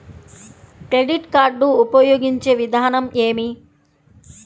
Credit card ఉపయోగించే విధానం ఏమి?